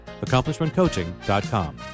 AccomplishmentCoaching.com